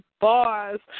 bars